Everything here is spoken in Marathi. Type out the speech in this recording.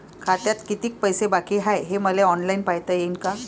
खात्यात कितीक पैसे बाकी हाय हे मले ऑनलाईन पायता येईन का?